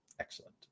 excellent